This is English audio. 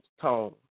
tone